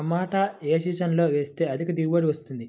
టమాటా ఏ సీజన్లో వేస్తే అధిక దిగుబడి వస్తుంది?